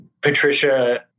Patricia